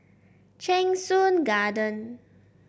Cheng Soon Garden